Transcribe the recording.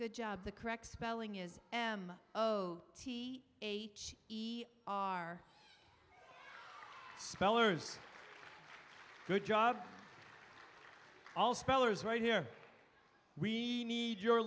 good job the correct spelling is am oh t h e r spellers good job all spellers right here we need your